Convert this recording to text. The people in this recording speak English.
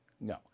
no